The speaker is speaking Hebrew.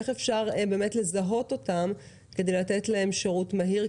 איך אפשר לזהות אותם כדי לתת להם שירות מהיר?